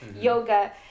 yoga